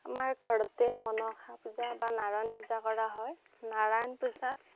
আমাৰ ঘৰতে মনসা পূজা বা নাৰায়ণ পূজা কৰা হয় নাৰায়ণ পূজাত